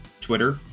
twitter